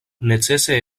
necese